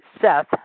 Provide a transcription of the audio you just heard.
Seth